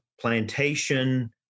plantation